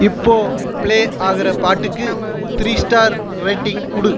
இப்போது ப்ளே ஆகிற பாட்டுக்கு த்ரீ ஸ்டார் ரேட்டிங் கொடு